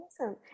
Awesome